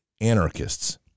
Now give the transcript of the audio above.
anarchists